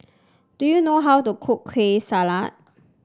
do you know how to cook Kueh Salat